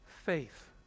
faith